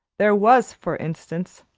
there was, for instance,